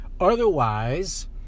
Otherwise